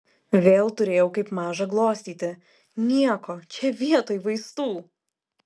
vėl turėjau kaip mažą glostyti nieko čia vietoj vaistų